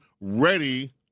ready